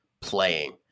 playing